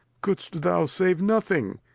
cou'dst thou save nothing?